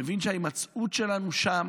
מבין שההימצאות שלנו שם